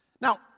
Now